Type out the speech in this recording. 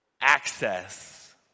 access